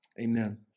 Amen